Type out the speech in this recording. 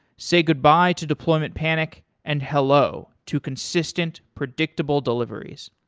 say goodbye to deployment panic and hello to consistent predictable deliveries.